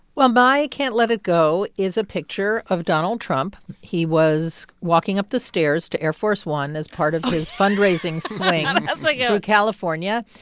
well, my can't let it go is a picture of donald trump. he was walking up the stairs to air force one as part of his fundraising swing but like through california.